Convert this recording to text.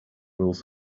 rules